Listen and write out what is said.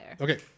Okay